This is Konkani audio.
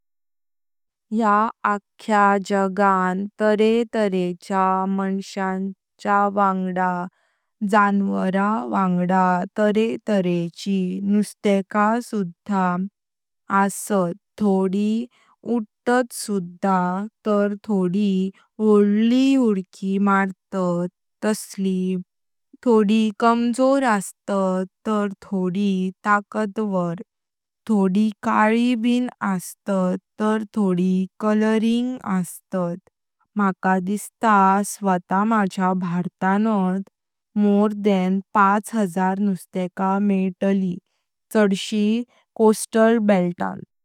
या आक्य जगान तरे तरेच्या मांस्या वांगडा जन्वरा वांगडा तरे तरे ची नुष्त्यका सुधा असात। थोडी उडत सुधा तर थोडी वोडली हुडकी मारतात तसली। थोडी कमजोर असतात तर थोडी ताकतवर। थोडी काली ब असतात तर थोडी कोलोरिंग असतात। मका दिसता स्वता मझ्या भारतत्नात मोर थान पाच हजार नुष्त्यका मेइताली चाडशी कोस्टल बेल्तान।